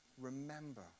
remember